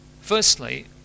Firstly